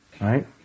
Right